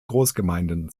großgemeinden